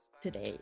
today